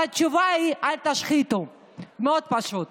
אז התשובה היא: אל תשחיתו, מאוד פשוט.